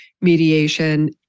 mediation